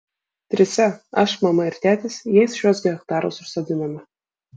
trise aš mama ir tėtis jais šiuos hektarus užsodinome